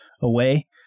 away